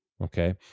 Okay